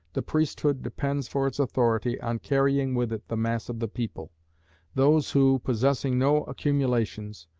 the priesthood depends for its authority on carrying with it the mass of the people those who, possessing no accumulations,